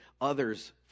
others